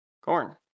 Corn